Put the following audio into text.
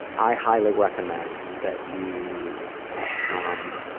i highly recommend that you um,